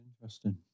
Interesting